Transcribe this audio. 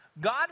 God